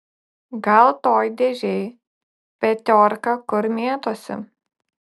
gal toj dėžėj petiorka kur mėtosi